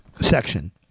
section